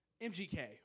MGK